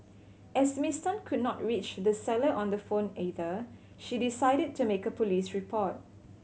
as Miss Tan could not reach the seller on the phone either she decided to make a police report